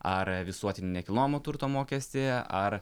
ar visuotinį nekilnojamo turto mokestį ar